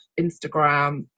Instagram